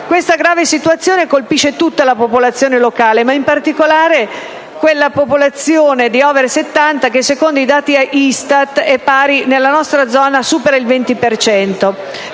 Questa grave situazione colpisce tutta la popolazione locale, in particolare quella popolazione di *over* 70, che secondo i dati ISTAT, nella nostra zona, supera il 20